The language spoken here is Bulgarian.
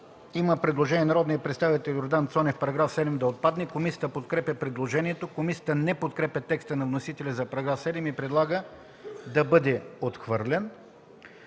Има предложение на народния представител Йордан Цонев –§ 7 да отпадне. Комисията подкрепя предложението. Комисията не подкрепя текста на вносителя за § 7 и предлага да бъде отхвърлен.